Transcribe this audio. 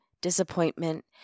disappointment